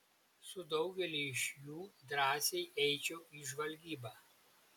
su daugeliu iš jų drąsiai eičiau į žvalgybą